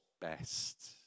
best